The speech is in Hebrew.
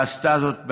ועשתה זאת בהצלחה.